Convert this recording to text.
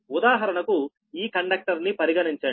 ఉదాహరణకు ఈ కండక్టర్ ని పరిగణించండి